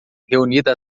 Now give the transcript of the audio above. reunida